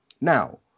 Now